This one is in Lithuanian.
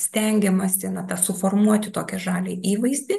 stengiamasi na tą suformuoti tokį žalią įvaizdį